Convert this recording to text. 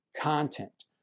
content